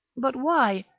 but why?